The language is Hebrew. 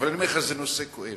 אני אומר לך שזה נושא כואב.